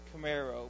Camaro